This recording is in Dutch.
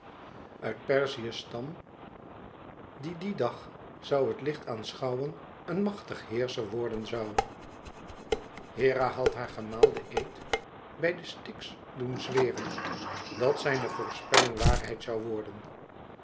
perseus stam die dien dag zoû het licht aanschouwen een machtig heerscher worden zoû hera had haar gemaal den eed bij den styx doen zweren dat zijne voorspelling waarheid zoû worden